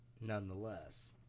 nonetheless